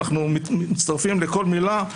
אנחנו מצטרפים לכל מילה.